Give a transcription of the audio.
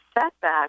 setback